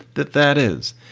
that, that is.